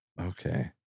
Okay